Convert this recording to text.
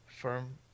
firm